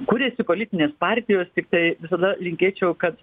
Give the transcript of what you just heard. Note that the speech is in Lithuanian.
kuriasi politinės partijos tiktai visada linkėčiau kad